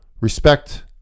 respect